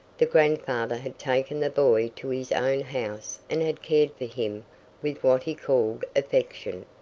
the grandfather had taken the boy to his own house and had cared for him with what he called affection.